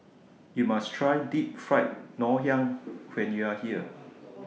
YOU must Try Deep Fried Ngoh Hiang when YOU Are here